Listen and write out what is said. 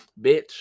Bitch